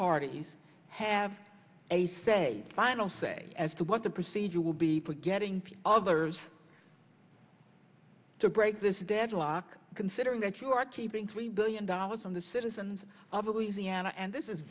parties have a say final say as to what the procedure will be for getting others to break this deadlock considering that you are keeping three billion dollars on the citizens of easy and this is